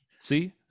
See